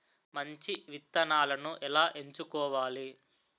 మంచి విత్తనాలను ఎలా ఎంచుకోవాలి?